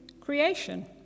creation